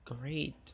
great